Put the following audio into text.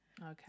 Okay